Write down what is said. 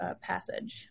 passage